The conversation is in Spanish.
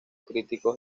críticos